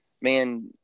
Man